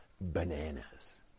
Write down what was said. bananas